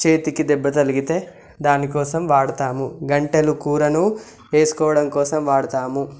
చేతికి దెబ్బ తగిలితే దానికోసం వాడుతాము గరిటలు కూరను వేసుకోవడం కోసం వాడతాము